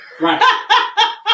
Right